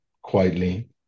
quietly